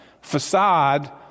facade